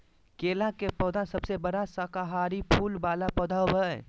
केला के पौधा सबसे बड़ा शाकाहारी फूल वाला पौधा होबा हइ